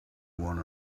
want